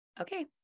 Okay